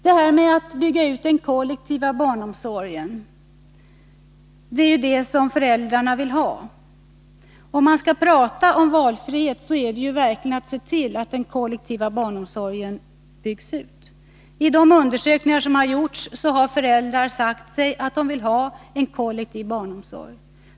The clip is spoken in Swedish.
Det är den kollektiva barnomsorgen som föräldrarna vill ha. Om man skall kunna tala om valfrihet gäller det verkligen att se till att den kollektiva barnomsorgen byggs ut. I de undersökningar som har gjorts har föräldrar sagt att de vill ha en kollektiv barnomsorg.